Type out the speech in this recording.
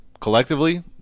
Collectively